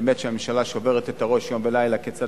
ובאמת הממשלה שוברת את הראש יום ולילה כיצד